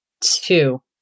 Two